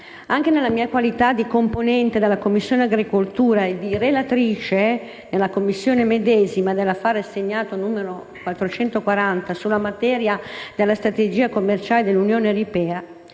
Anche nella mia qualità di componente della Commissione agricoltura e di relatrice, nella Commissione medesima, sull'affare assegnato n. 440 in materia di strategia commerciale dell'Unione europea,